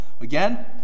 again